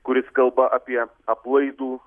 kuris kalba apie aplaidų